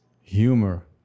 Humor